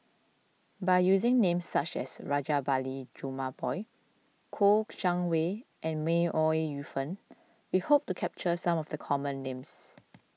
by using names such as Rajabali Jumabhoy Kouo Shang Wei and May Ooi Yu Fen we hope to capture some of the common names